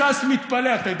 ואיש לא מתערב בצלחת של השני,